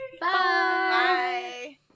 Bye